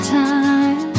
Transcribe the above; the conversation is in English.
time